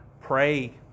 pray